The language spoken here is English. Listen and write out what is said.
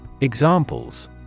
Examples